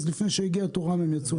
אז לפני שהגיע תורם הם יצאו,